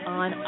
on